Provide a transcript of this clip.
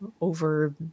over